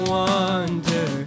wonder